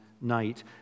night